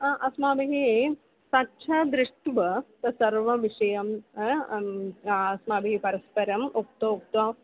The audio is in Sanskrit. अ अस्माभिः तच्च दृष्ट्वा तत्सर्व विषयं अ अस्माभिः परस्परम् उक्त्वा उक्त्वा